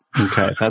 Okay